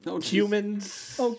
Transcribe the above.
humans